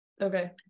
okay